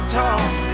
talk